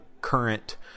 current